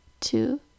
two